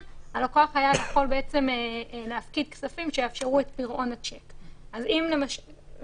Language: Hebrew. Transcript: הלקוח היה יכול להפקיד כספים שיאפשרו את פירעון השיק ובעצם